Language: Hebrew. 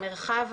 המרחב,